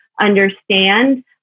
understand